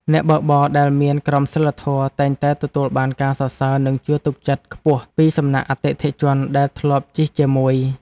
អ្នកបើកបរដែលមានក្រមសីលធម៌តែងតែទទួលបានការសរសើរនិងការជឿទុកចិត្តខ្ពស់ពីសំណាក់អតិថិជនដែលធ្លាប់ជិះជាមួយ។